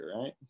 right